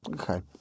okay